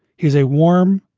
he was a warm,